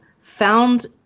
found